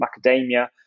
macadamia